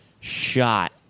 shot